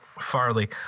Farley